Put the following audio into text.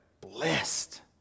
blessed